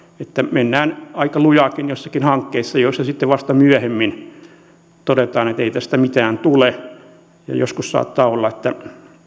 mennään aika lujaakin jossakin hankkeessa jossa sitten vasta myöhemmin todetaan ettei tästä mitään tule joskus saattaa olla niin että